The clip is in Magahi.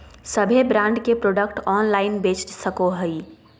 सभे ब्रांड के प्रोडक्ट ऑनलाइन बेच सको हइ